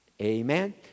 Amen